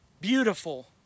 beautiful